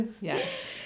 Yes